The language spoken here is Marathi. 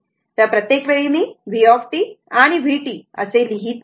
तर प्रत्येक वेळी मी vt आणि vt असे लिहित नाही